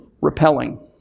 repelling